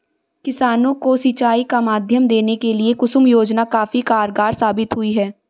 किसानों को सिंचाई का माध्यम देने के लिए कुसुम योजना काफी कारगार साबित हुई है